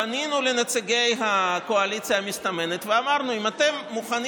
פנינו לנציגי הקואליציה המסתמנת ואמרנו: אם אתם מוכנים